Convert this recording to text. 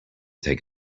take